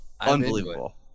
unbelievable